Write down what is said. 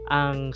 ang